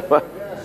זה נכון,